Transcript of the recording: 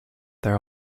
there